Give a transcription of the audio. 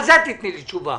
על זה תני לי תשובה.